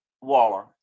Waller